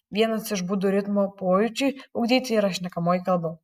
vienas iš būdų ritmo pojūčiui ugdyti yra šnekamoji kalba